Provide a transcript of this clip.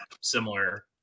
similar